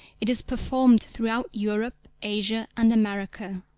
it is performed throughout europe, asia and america.